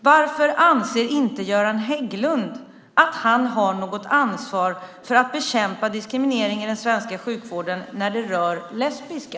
Varför anser inte Göran Hägglund att han har något ansvar för att bekämpa diskriminering i den svenska sjukvården när det rör lesbiska?